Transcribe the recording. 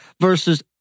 versus